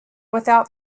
without